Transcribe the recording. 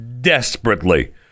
desperately